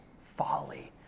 folly